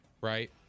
right